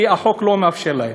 כי החוק לא מאפשר להם.